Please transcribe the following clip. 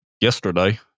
yesterday